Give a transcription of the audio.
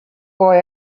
boy